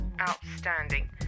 Outstanding